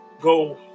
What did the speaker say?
go